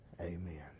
Amen